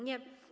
Nie.